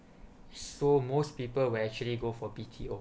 so most people will actually go for B_T_O